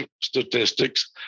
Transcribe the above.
Statistics